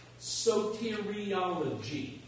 soteriology